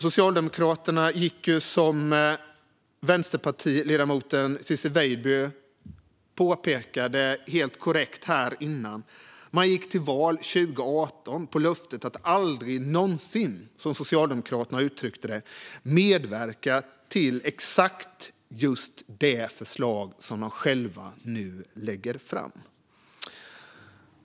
Som Vänsterpartiets ledamot Ciczie Weidby helt korrekt påpekade här tidigare gick Socialdemokraterna 2018 till val på löftet att aldrig någonsin, som de uttryckte det, medverka till exakt just det som de nu själva föreslår.